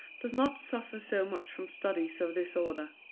does not suffer so much from studies of this order.